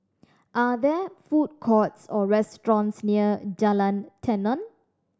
are there food courts or restaurants near Jalan Tenon